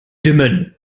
dimmen